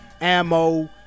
ammo